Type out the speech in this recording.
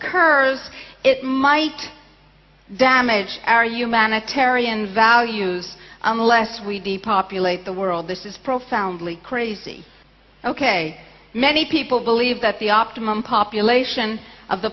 occurs it might them age our humanitarian values unless we depopulate the world this is profoundly crazy ok many people believe that the optimum population of the